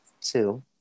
two